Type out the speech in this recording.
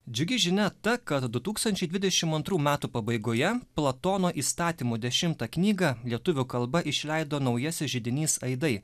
džiugi žinia ta kad du tūkstančiai dvidešimt antrų metų pabaigoje platono įstatymų dešimtą knygą lietuvių kalba išleido naujasis židinys aidai